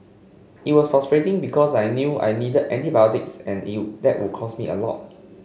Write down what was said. it was frustrating because I knew I needed antibiotics and you that would cost me a lot